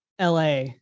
LA